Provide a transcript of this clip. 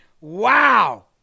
Wow